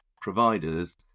providers